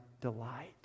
delight